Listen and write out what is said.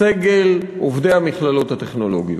סגל, עובדי המכללות הטכנולוגיות.